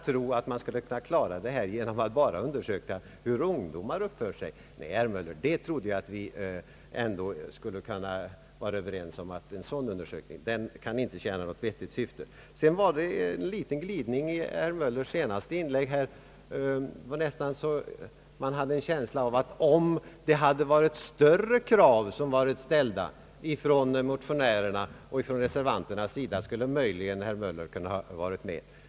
Nej, herr Möller, vi borde kunna vara överens om att det inte skulle tjäna något vettigt syfte att bara undersöka hur ungdomar uppför sig. Sedan var det en liten glidning i i herr Möllers senaste inlägg, Man fick nästan den känslan, att om motionärerna och reservanterna haft större krav skulle herr Möller möjligen ha kunnat lämna sitt stöd.